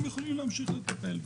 הם יכולים להמשיך לטפל בו.